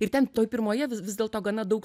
ir ten toj pirmoje vis dėlto gana daug